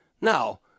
Now